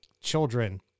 children